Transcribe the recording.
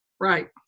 right